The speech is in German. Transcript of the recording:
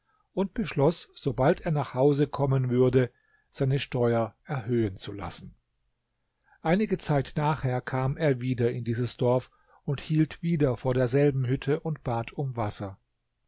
und beschloß sobald er nach hause kommen würde seine steuer erhöhen zu lassen einige zeit nachher kam er wieder in dieses dorf und hielt wieder vor derselben hütte und bat um wasser